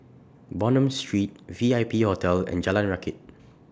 Bonham Street V I P Hotel and Jalan Rakit